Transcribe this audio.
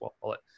wallet